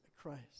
Christ